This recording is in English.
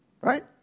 right